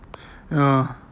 ya